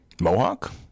mohawk